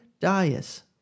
Dias